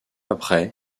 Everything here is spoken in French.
après